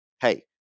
hey